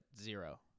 zero